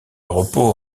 repos